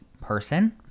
person